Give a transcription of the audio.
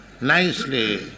nicely